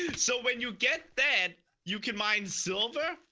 so when you get then you can mine silver.